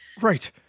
right